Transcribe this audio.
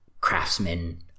craftsman